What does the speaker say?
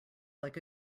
like